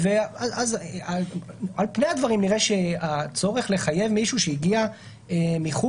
על פני הדברים נראה שהצורך לחייב מישהו שהגיע מחו"ל,